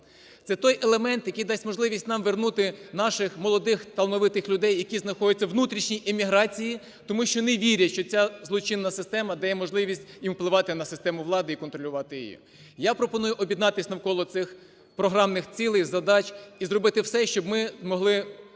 Це той елемент, який дасть можливість нам вернути наших молодих талановитих людей, які знаходяться у внутрішній еміграції, тому що не вірять, що ця злочинна система дає можливість їм впливати на систему влади і контролювати її. Я пропоную об'єднатись навколо цих програмних цілей, задач і зробити все, щоб ми могли